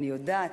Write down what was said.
אני יודעת,